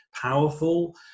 powerful